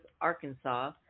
Arkansas